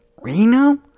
Reno